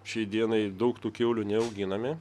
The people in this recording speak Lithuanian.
šiai dienai daug tų kiaulių neauginame